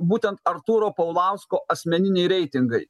būtent artūro paulausko asmeniniai reitingai